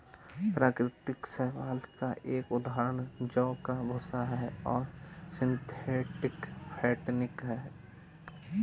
प्राकृतिक शैवाल का एक उदाहरण जौ का भूसा है और सिंथेटिक फेंटिन है